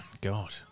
God